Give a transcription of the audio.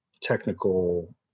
technical